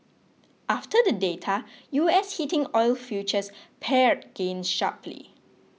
after the data U S heating oil futures pared gains sharply